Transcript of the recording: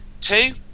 Two